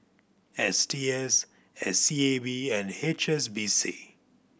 S T S S C A B and H S B C